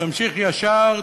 תמשיך ישר,